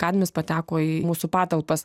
kadmis pateko į mūsų patalpas